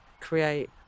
create